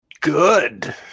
Good